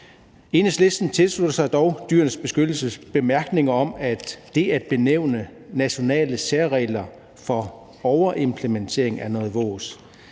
Enhedslisten tilslutter sig dog Dyrenes Beskyttelses bemærkninger om, at det at benævne nationale særregler som overimplementering er noget vås.